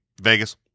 Vegas